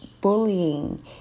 bullying